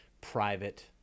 private